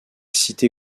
cité